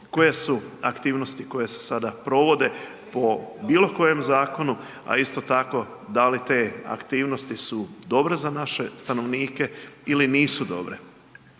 koje su aktivnosti koje se sada provode po bilo kojem zakonu, a isto tako da li te aktivnosti su dobre za naše stanovnike ili nisu dobre.